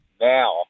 now